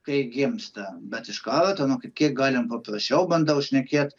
kai gimsta bet iš karto nu kiek galima paprasčiau bandau šnekėt